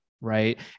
Right